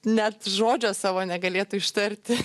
net žodžio savo negalėtų ištarti